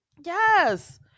Yes